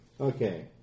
Okay